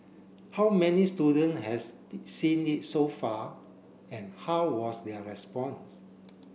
how many student has seen it so far and how was their response